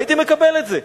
הייתי מקבל את זה.